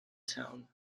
town